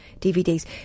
dvds